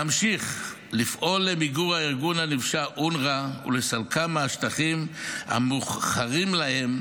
נמשיך לפעול למיגור הארגון הנפשע אונר"א ולסלקם מהשטחים המוחכרים להם,